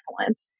excellent